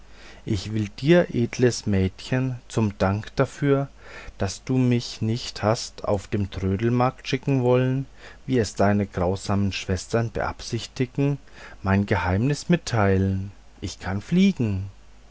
ich will dir edles mädchen zum dank dafür daß du mich nicht hast auf den trödelmarkt schicken wollen wie es deine grausamen schwestern beabsichtigten mein geheimnis mitteilen ich kann fliegen